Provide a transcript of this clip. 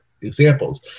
examples